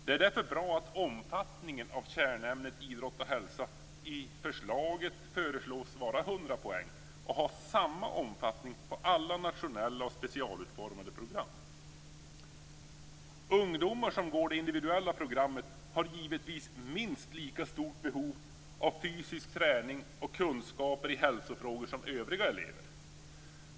Det är därför bra att omfattningen av kärnämnet Ungdomar som går det individuella programmet har givetvis minst lika stort behov av fysisk träning och kunskaper i hälsofrågor som övriga elever.